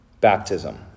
Baptism